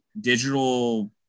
digital